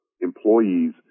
employees